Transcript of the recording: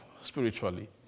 spiritually